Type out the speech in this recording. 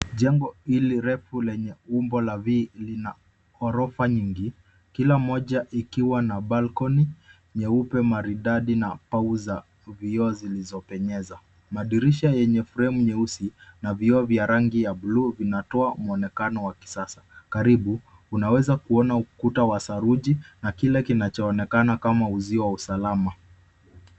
Jengo hili refu lenye umbo la V lina ghorofa nyingi, kila moja ikiwa na balcony nyeupe maridadi na pau za vioo zilizopenyeza. Madirisha yenye fremu nyeusi na vioo vya rangi ya buluu vinatoa mwonekano wa kisasa. Karibu, unaweza kuona ukuta wa saruji na kile kinachoonekana kama uzio wa usalama.